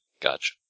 Gotcha